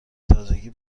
تازگی